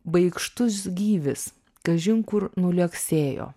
baikštus gyvis kažin kur nuliuoksėjo